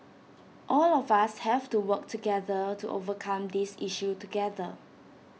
all of us have to work together to overcome this issue together